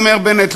אומר בנט,